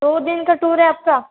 दो दिन का टूर है आपका